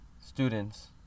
students